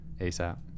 asap